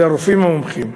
והרופאים המומחים.